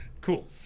Cool